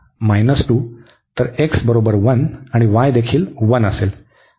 तर x बरोबर 1 आणि y देखील 1 असेल